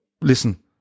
listen